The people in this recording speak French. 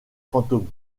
fantômes